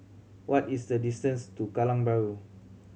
what is the distance to Kallang Bahru